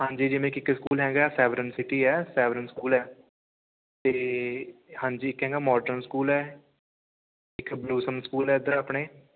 ਹਾਂਜੀ ਜਿਵੇਂ ਕਿ ਇੱਕ ਸਕੂਲ ਹੈਗਾ ਸੈਵਰਨ ਸਿਟੀ ਹੈ ਸੈਵਰਨ ਸਕੂਲ ਏ ਅਤੇ ਹਾਂਜੀ ਇੱਕ ਹੈਗਾ ਮੋਡਰਨ ਸਕੂਲ ਹੈ ਇੱਕ ਬਲੂਸਮ ਸਕੂਲ ਆ ਇੱਧਰ ਆਪਣੇ